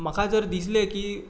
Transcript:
म्हाका जर दिसलें की